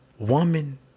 woman